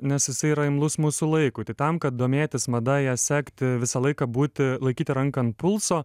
nes jisai yra imlus mūsų laikui tai tam kad domėtis mada ją sekti visą laiką būti laikyti ranką ant pulso